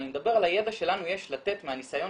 אבל אני מדבר על הידע שלנו יש לתת מהניסיון